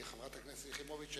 חברת הכנסת יחימוביץ,